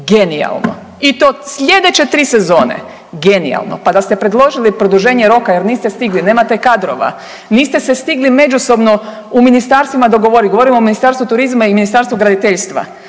Genijalno. I to slijedeće 3 sezone. Genijalno. Pa da ste predložili produženje roka jer niste stigli, nemate kadrova, niste se stigli međusobno u ministarstvima dogovoriti, govorim o Ministarstvu turizma i Ministarstvu graditeljstva,